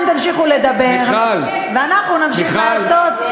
אתם תמשיכו לדבר, ואנחנו נמשיך לעשות.